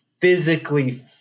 physically